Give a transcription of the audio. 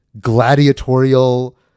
gladiatorial